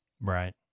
Right